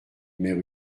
mère